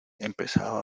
empezaba